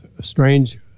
strange